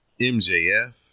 MJF